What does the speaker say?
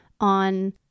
on